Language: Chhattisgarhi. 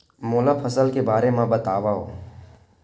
मोला फसल के बारे म बतावव?